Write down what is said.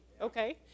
okay